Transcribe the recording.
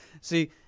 See